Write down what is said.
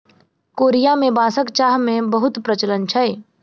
Korea में बांसक चाह के बहुत प्रचलन छै